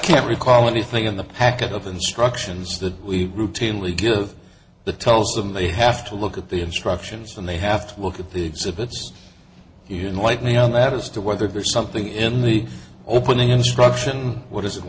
can't recall anything in the packet of instructions that we routinely give the tells them they have to look at the instructions from they have to look at the exhibits he would like me on that as to whether there's something in the opening instruction what is it